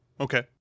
Okay